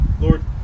Lord